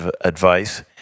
advice